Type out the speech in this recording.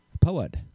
poet